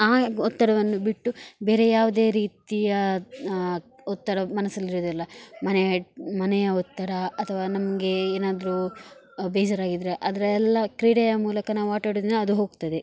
ಆ ಒತ್ತಡವನ್ನು ಬಿಟ್ಟು ಬೇರೆ ಯಾವುದೇ ರೀತಿಯ ಒತ್ತಡ ಮನಸ್ಸಲ್ಲಿರೋದಿಲ್ಲ ಮನೆಯ ಹೆ ಮನೆಯ ಒತ್ತಡ ಅಥವಾ ನಮಗೆ ಏನಾದರೂ ಬೇಜಾರಾಗಿದ್ದರೆ ಅದರ ಎಲ್ಲ ಕ್ರೀಡೆಯ ಮೂಲಕ ನಾವಾಟಾಡೋದ್ರಿಂದ ಅದು ಹೋಗ್ತದೆ